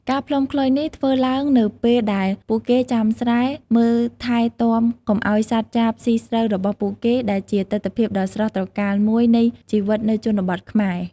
ការផ្លុំខ្លុយនេះធ្វើឡើងនៅពេលដែលពួកគេចាំស្រែ មើលថែទាំកុំឲ្យសត្វចាបស៊ីស្រូវរបស់ពួកគេ ដែលជាទិដ្ឋភាពដ៏ស្រស់ត្រកាលមួយនៃជីវិតនៅជនបទខ្មែរ។